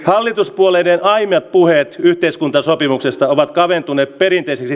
hallituspuoleiden ahmia puheet yhteiskuntasopimuksesta ovat kaventuneet perinteisen